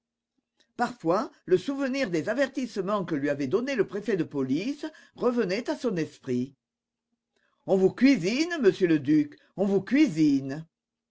parfois le souvenir des avertissements que lui avait donnés le préfet de police revenait à son esprit on vous cuisine monsieur le duc on vous cuisine